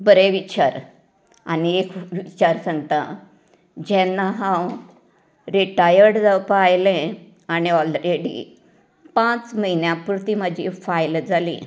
बरें विचार आनी एक विचार सांगता जेन्ना हांव रिटायर्ड जावपा आयलें आनी ऑलरेडी पांच म्हयन्यां पुरती म्हाजी फायल जाली